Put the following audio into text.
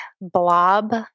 blob